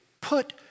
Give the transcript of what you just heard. Put